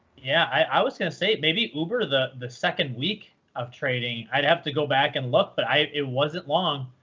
yeah. i was going to say, maybe uber, the the second week of trading. i'd have to go back and look, but it wasn't long.